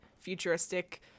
futuristic